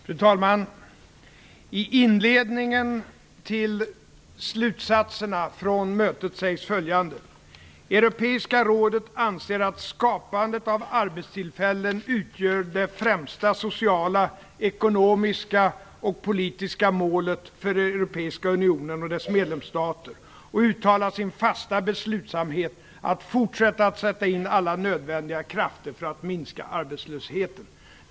Fru talman! I inledningen till slutsatserna från mötet sägs följande: Europeiska rådet anser att skapandet av arbetstillfällen utgör det främsta sociala, ekonomiska och politiska målet för den europeiska unionen och dess medlemsstater och uttalar sin fasta beslutsamhet att fortsätta att sätta in alla nödvändiga krafter för att minska arbetslösheten.